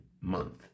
Month